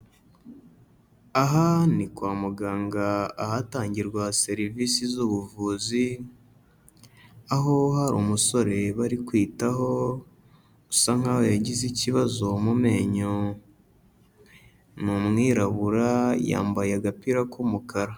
Aha ni kwa muganga ahatangirwa serivisi z'ubuvuzi, aho hari umusore bari kwitaho usa nkaho yagize ikibazo mu menyo. Ni umwirabura, yambaye agapira k'umukara.